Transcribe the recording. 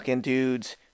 dudes